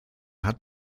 hat